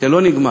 זה לא נגמר,